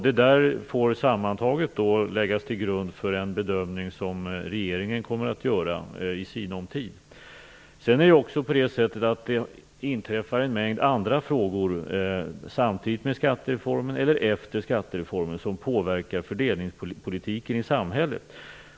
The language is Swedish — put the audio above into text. Det där får sammantaget läggas till grund för den bedömning som regeringen kommer att göra i sinom tid. Sedan inträffar det en mängd andra saker samtidigt med skattereformen eller efter den som påverkar fördelningspolitiken i samhället.